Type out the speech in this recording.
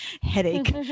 headache